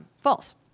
false